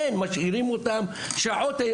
משאירים אותם שעות,